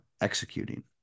executing